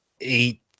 eight